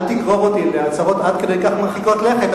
אל תגרור אותי להצהרות עד כדי כך מרחיקות לכת,